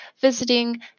visiting